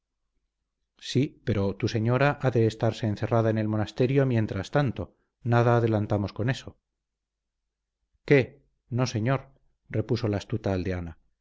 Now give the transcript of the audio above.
sí pero si tu señora ha de estarse encerrada en el monasterio mientras tanto nada adelantamos con eso qué no señor repuso la astuta aldeana